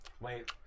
Wait